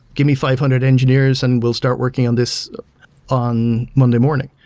give me five hundred engineers and we'll start working on this on monday morning.